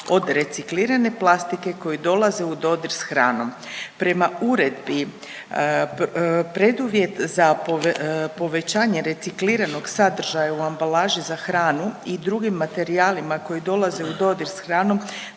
od reciklirane plastike koji dolaze u dodir s hranom. Prema Uredbi, preduvjet za povećanje recikliranog sadržaja u ambalaži za hranu i drugim materijalima koji dolaze u dodir s hranom,